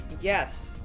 yes